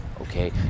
okay